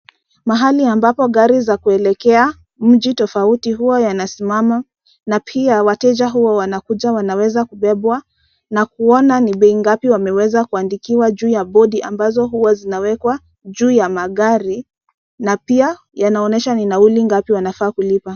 Mahali ambapo gari za kuelekea mji tofauti huwa yanasimama na pia huwa wanakuja wanaweza kubebwa na kuona ni bei ngapi wameweza kuandikwa juu ya bodi ambazo huwa zinawekwa juu ya magari na pia yanaonyesha ni nauli ngapi wanafaa kulipa.